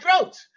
throat